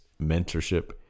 mentorship